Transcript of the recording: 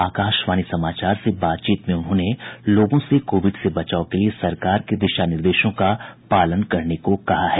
आकाशवाणी समाचार से विशेष बातचीत में उन्होंने लोगों से कोविड से बचाव के लिए सरकार के दिशा निर्देशों का पालन करने को कहा है